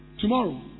Tomorrow